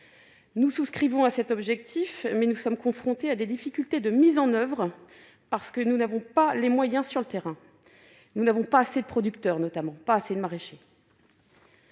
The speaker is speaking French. Nous souscrivons à cet objectif, mais nous sommes confrontés à des difficultés de mise en oeuvre parce que nous n'avons pas les moyens sur le terrain. Nous ne comptons pas assez de producteurs, pas assez de maraîchers